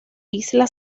isla